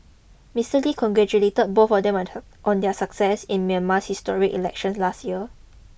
Mister Lee congratulated them both on their success in Myanmar's historic elections last year